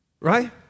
Right